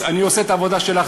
אני עושה את העבודה שלך,